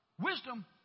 wisdom